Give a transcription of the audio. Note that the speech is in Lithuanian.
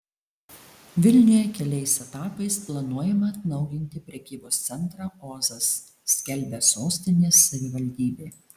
vilniuje kelias etapais planuojama atnaujinti prekybos centrą ozas skelbia sostinės savivaldybė